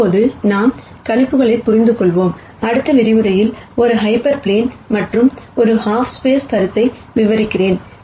இப்போது நாம் ப்ரொஜெக்ஷன் புரிந்து கொண்டுள்ளோம் அடுத்த விரிவுரையில் ஒரு ஹைப்பர் பிளேன் மற்றும் ஹாப் ஸ்பேஸ் கருத்தை விவரிக்கிறேன்